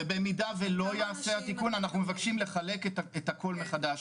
ובמידה שלא ייעשה התיקון אנחנו מבקשים לחלק את הכול מחדש,